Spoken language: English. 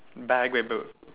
back wait b~